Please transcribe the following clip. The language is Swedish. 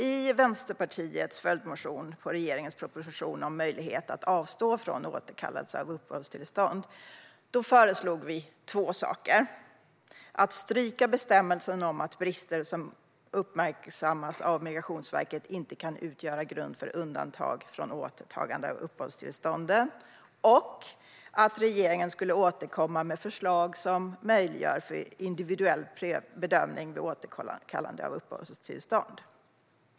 I Vänsterpartiets följdmotion på regeringens proposition Möjlighet att avstå från återkallelse av uppehållstillstånd föreslog vi två saker: att stryka bestämmelsen om att brister som uppmärksammas av Migrationsverket inte kan utgöra grund för undantag från återtagande av uppehållstillstånd samt att regeringen skulle återkomma med förslag om att möjliggöra för individuell bedömning vid återkallande av uppehållstillstånd.